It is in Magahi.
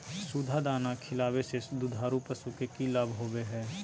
सुधा दाना खिलावे से दुधारू पशु में कि लाभ होबो हय?